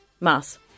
Mass